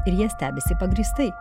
ir jie stebisi pagrįstai